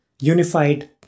unified